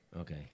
Okay